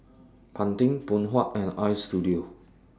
Pantene Phoon Huat and Istudio